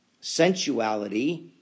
sensuality